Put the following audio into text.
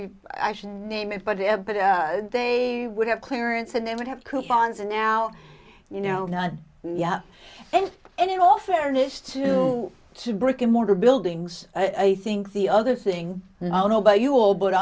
we actually name it but yeah but they would have clearance and they would have coupons and now you know not and and in all fairness to to brick and mortar buildings i think the other thing and i don't know but you all but